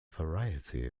variety